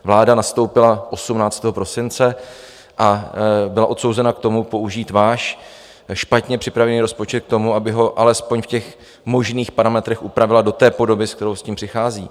Vláda nastoupila 18. prosince a byla odsouzena k tomu použít váš špatně připravený rozpočet k tomu, aby ho alespoň v těch možných parametrech upravila do té podoby, se kterou s tím přichází.